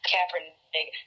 Kaepernick